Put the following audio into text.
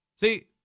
See